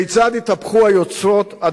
כיצד התהפכו היוצרות,